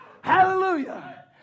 Hallelujah